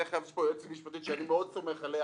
בדרך כלל יש פה יועצת משפטית שאני מאוד סומך עליה